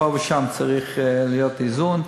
שפה ושם צריך להיות איזון.